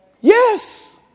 Yes